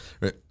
right